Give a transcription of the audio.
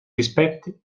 rispetti